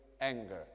anger